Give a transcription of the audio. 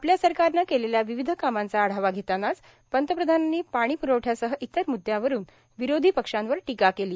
आपल्या सरकारनं केलेल्या विविध कामांचा आढावा घेतानाच पंतप्रधानांनी पाणी प्रवठ्यासह इतर मुद्यावरुन विरोधी पक्षांवर टीका केली